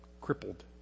crippled